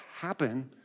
happen